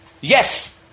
Yes